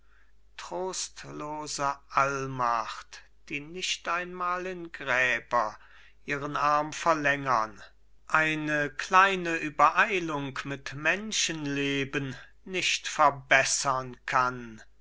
allmacht die nicht einmal in gräber ihren arm verlängern eine kleine übereilung mit menschenleben nicht verbessern kann